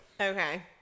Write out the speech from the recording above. Okay